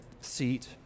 seat